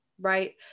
right